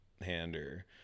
hander